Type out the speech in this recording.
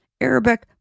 Arabic